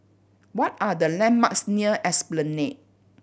what are the landmarks near Esplanade